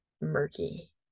Murky